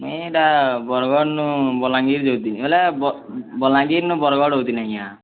ମୁଇଁ ହେଟା ବରଗଡ଼ନୁ ବଲାଙ୍ଗୀର ଯଉଥିଲିଁ ବୋଇଲେ ବଲାଙ୍ଗୀରନୁ ବରଗଡ଼ ଯଉଥିଲିଁ ଆଜ୍ଞା